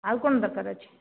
ଆଉ କଣ ଦରକାର ଅଛି